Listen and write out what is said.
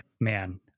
man